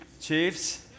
Chiefs